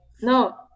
no